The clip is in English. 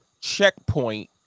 checkpoint